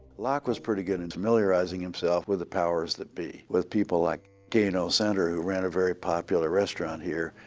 locke was pretty good in familiarizing himself with the powers that be, with people like gano senter, who ran a very popular restaurant here,